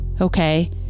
okay